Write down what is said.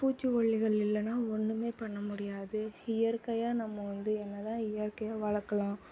பூச்சிக்கொல்லிகள் இல்லைன்னா ஒன்றுமே பண்ண முடியாது இயற்கையாக நம்ம வந்து என்ன தான் இயற்கையாக வளர்க்கலாம்